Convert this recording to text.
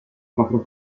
proprio